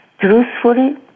truthfully